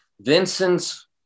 Vincent's